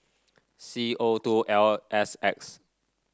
C O two L S X